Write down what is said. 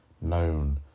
known